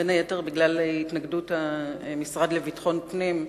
בין היתר בגלל התנגדות המשרד לביטחון פנים.